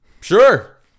sure